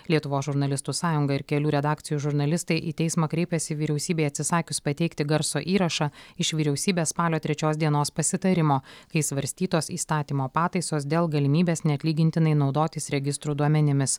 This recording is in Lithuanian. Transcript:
lietuvos žurnalistų sąjunga ir kelių redakcijų žurnalistai į teismą kreipėsi vyriausybei atsisakius pateikti garso įrašą iš vyriausybės spalio trečios dienos pasitarimo kai svarstytos įstatymo pataisos dėl galimybės neatlygintinai naudotis registrų duomenimis